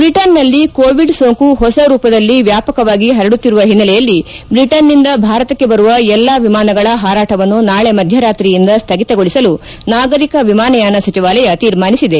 ಬ್ರಿಟನ್ನಲ್ಲಿ ಕೋವಿಡ್ ಸೋಂಕು ಹೊಸ ರೂಪದಲ್ಲಿ ವ್ಯಾಪಕವಾಗಿ ಹರಡುತ್ತಿರುವ ಹಿನ್ನೆಲೆಯಲ್ಲಿ ಬ್ರಿಟನ್ನಿಂದ ಭಾರತಕ್ಷೆ ಬರುವ ಎಲ್ಲಾ ವಿಮಾನಗಳ ಹಾರಾಟವನ್ನು ನಾಳೆ ಮಧ್ಯರಾತ್ರಿಯಿಂದ ಸ್ಥಗಿತಗೊಳಿಸಲು ನಾಗರಿಕ ವಿಮಾನಯಾನ ಸಚಿವಾಲಯ ತೀರ್ಮಾನಿಸಿದೆ